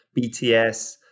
BTS